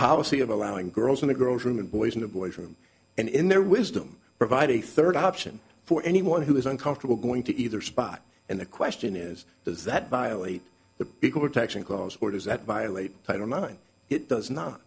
policy of allowing girls in the girls room and boys in the boys room and in their wisdom provide a third option for anyone who is uncomfortable going to either spot and the question is does that violate the equal protection clause or does that violate i don't mind it does not